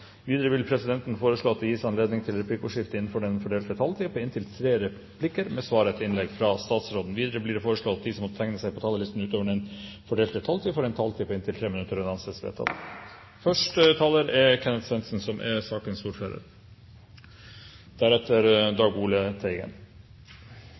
Videre vil presidenten foreslå at det gis anledning til replikkordskifte på inntil tre replikker med svar etter innlegg fra statsråden innenfor den fordelte taletid. Videre blir det foreslått at de som måtte tegne seg på talerlisten utover den fordelte taletid, får en taletid på inntil 3 minutter. – Det anses vedtatt. Første taler er sakens ordfører,